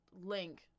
Link